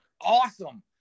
awesome